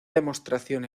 demostración